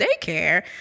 daycare